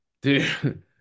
dude